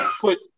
put